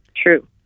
True